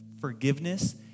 forgiveness